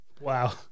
Wow